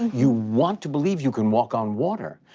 you want to believe you can walk on water.